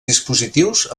dispositius